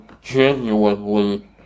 genuinely